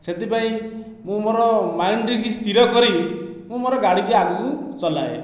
ସେଥିପାଇଁ ମୁଁ ମୋ'ର ମାଇଣ୍ଡରେ କିଛି ସ୍ଥିର କରି ମୁଁ ମୋ'ର ଗାଡ଼ିକୁ ଆଗକୁ ଚଲାଏ